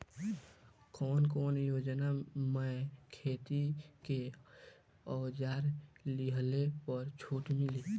कवन कवन योजना मै खेती के औजार लिहले पर छुट मिली?